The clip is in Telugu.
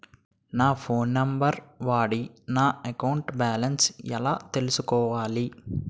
నా ఫోన్ నంబర్ వాడి నా అకౌంట్ బాలన్స్ ఎలా తెలుసుకోవాలి?